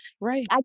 Right